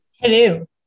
Hello